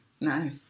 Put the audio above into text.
No